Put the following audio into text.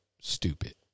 stupid